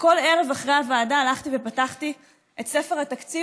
ובכל ערב אחרי הוועדה הלכתי ופתחתי את ספר התקציב